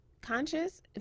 conscious